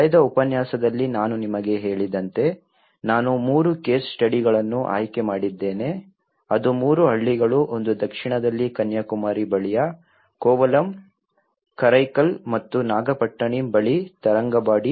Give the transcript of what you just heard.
ಕಳೆದ ಉಪನ್ಯಾಸದಲ್ಲಿ ನಾನು ನಿಮಗೆ ಹೇಳಿದಂತೆ ನಾನು ಮೂರು ಕೇಸ್ ಸ್ಟಡಿಗಳನ್ನು ಆಯ್ಕೆ ಮಾಡಿದ್ದೇನೆ ಅದು ಮೂರು ಹಳ್ಳಿಗಳು ಒಂದು ದಕ್ಷಿಣದಲ್ಲಿ ಕನ್ಯಾಕುಮಾರಿ ಬಳಿಯ ಕೋವಲಂ ಕಾರೈಕಲ್ ಮತ್ತು ನಾಗಪಟ್ಟಿಣಂ ಬಳಿಯ ತರಂಗಂಬಾಡಿ